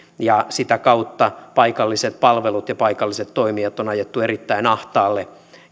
ja sitä kautta paikalliset palvelut ja paikalliset toimijat on ajettu erittäin ahtaalle